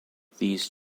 these